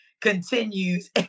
continues